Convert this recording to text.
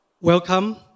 Welcome